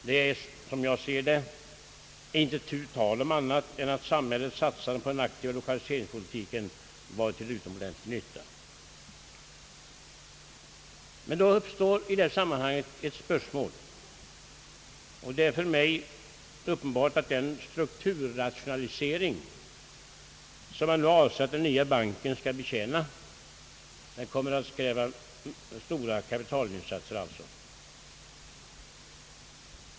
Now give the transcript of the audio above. Det är, som jag ser det, inte tal om annat än att samhällets satsningar på den aktiva lokaliseringspolitiken varit till utomordentlig nytta. Men i det sammanhanget uppstår ett spörsmål. Det är uppenbart att den strukturrationalisering som man avser att den nya banken skall betjäna kommer att kräva stora kapitalinsatser.